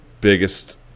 biggest